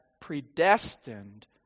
predestined